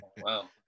Wow